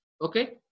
Okay